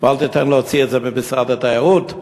ואל תיתן להוציא את זה ממשרד התיירות,